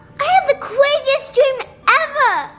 i had the craziest dream ever!